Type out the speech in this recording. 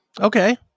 okay